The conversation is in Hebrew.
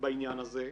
בעניין הזה.